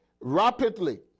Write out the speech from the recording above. rapidly